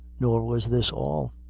nor was this all.